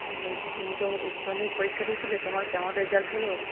বলছি তুমি তো উচ্চ মাধ্যমিক পরীক্ষা দিয়েছিলে তোমার কেমন রেজাল্ট হল